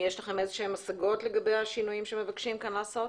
יש לכם השגות לגבי השינויים שמבקשים כאן לעשות?